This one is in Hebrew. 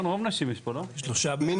מי